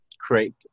create